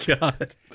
god